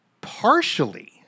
partially